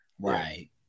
Right